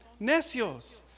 necios